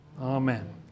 Amen